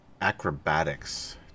Acrobatics